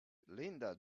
linda